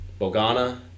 Bogana